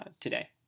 today